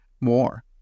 more